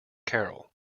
carroll